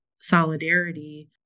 solidarity